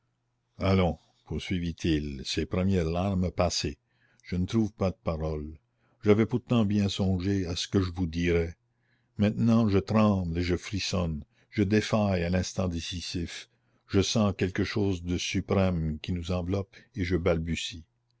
allons poursuivit-il ces premières larmes passées je ne trouve pas de paroles j'avais pourtant bien songé à ce que je vous dirais maintenant je tremble et je frissonne je défaille à l'instant décisif je sens quelque chose de suprême qui nous enveloppe et je